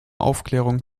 aufklärung